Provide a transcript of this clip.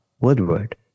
Woodward